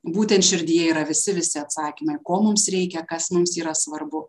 būtent širdyje yra visi visi atsakymai ko mums reikia kas mums yra svarbu